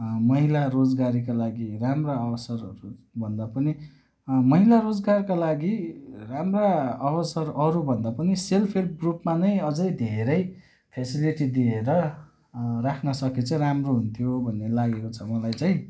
महिला रोजगारीको लागि राम्रो अवसरहरू भन्दा पनि महिला रोजगारका लागि राम्रा अवसर अरूभन्दा पनि सेल्फ हेल्प ग्रुपमा अझै धेरै फेसिलिटी दिएर राख्न सके चाहिँ राम्रो हुन्थ्यो भन्ने लागेको छ मलाई चाहिँ